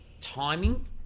timing